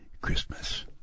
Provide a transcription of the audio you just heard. Christmas